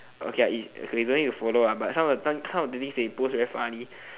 okay is okay you don't need to follow lah but some of the times some of the things they post very funny